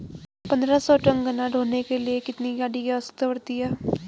पन्द्रह सौ टन गन्ना ढोने के लिए कितनी गाड़ी की आवश्यकता पड़ती है?